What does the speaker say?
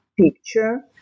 picture